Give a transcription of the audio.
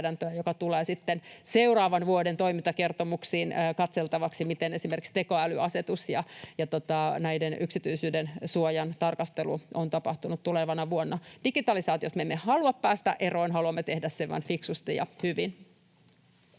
joka tulee sitten seuraavan vuoden toimintakertomuksiin katseltavaksi tulevana vuonna: miten esimerkiksi tekoälyasetuksen ja yksityisyydensuojan tarkastelu on tapahtunut. Digitalisaatiosta me emme halua päästä eroon, haluamme tehdä sen vain fiksusti ja hyvin.